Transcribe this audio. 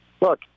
look